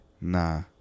Nah